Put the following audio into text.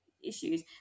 issues